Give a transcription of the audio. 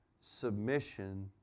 submission